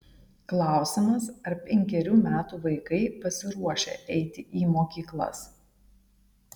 klausimas ar penkerių metų vaikai pasiruošę eiti į mokyklas